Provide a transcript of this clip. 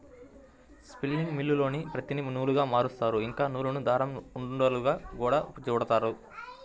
spinning మిల్లుల్లోనే పత్తిని నూలుగా మారుత్తారు, ఇంకా నూలును దారం ఉండలుగా గూడా చుడతారు